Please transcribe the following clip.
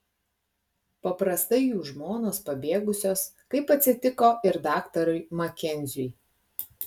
paprastai jų žmonos pabėgusios kaip atsitiko ir daktarui makenziui